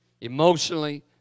emotionally